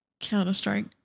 Counter-Strike